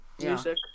music